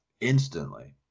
instantly